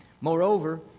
Moreover